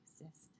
exist